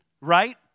right